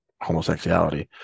homosexuality